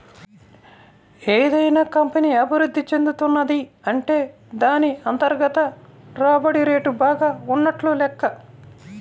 ఏదైనా కంపెనీ అభిరుద్ధి చెందుతున్నది అంటే దాన్ని అంతర్గత రాబడి రేటు బాగా ఉన్నట్లు లెక్క